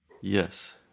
Yes